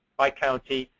by county,